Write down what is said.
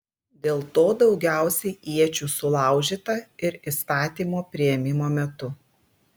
dėl to daugiausiai iečių sulaužyta ir įstatymo priėmimo metu